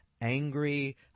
Angry